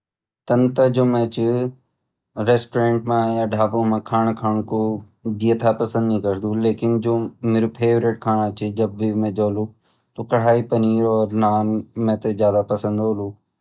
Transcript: तन त जु मैं रैस्तरेंट म या ढाबों म खाण खाणा कु ज्यादा पसंद नी करदु लेकिन जु मेरू फेवरेट खाणु छ जब भी मैं जौलु त कढाई पनीर और नान मैं थै ज्यादा पसन्द होलु।